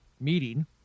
Meeting